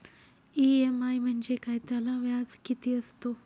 EMI म्हणजे काय? त्याला व्याज किती असतो?